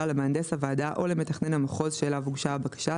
למהנדס הוועדה או למתכנן המחוז שאליו הוגשה הבקשה,